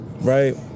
right